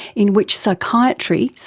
in which psychiatry,